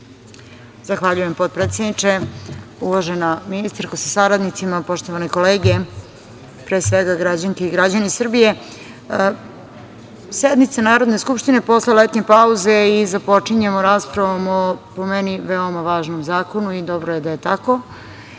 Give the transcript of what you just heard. Zahvaljujem, potpredsedniče. Uvažena ministarko sa saradnicima, poštovane kolege, pre svega građanke i građani Srbije, sednica Narodne skupštine posle letnje pauze je i započinjemo raspravom o, po meni, veoma važnom zakonu i dobro je da je tako